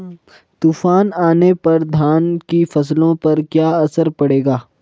तूफान आने पर धान की फसलों पर क्या असर पड़ेगा?